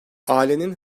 ailenin